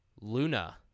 Luna